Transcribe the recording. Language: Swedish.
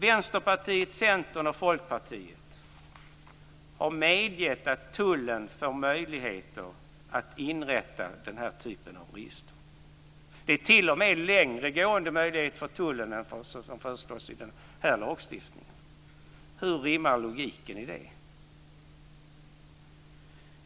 Vänsterpartiet, Centern och Folkpartiet har medgett att tullen får möjligheter att inrätta den här typen av register. Det är t.o.m. längre gående möjligheter för tullen än som föreslås i den här lagstiftningen. Hur rimmar logiken i det?